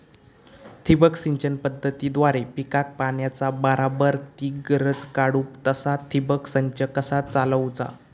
ठिबक सिंचन पद्धतीद्वारे पिकाक पाण्याचा बराबर ती गरज काडूक तसा ठिबक संच कसा चालवुचा?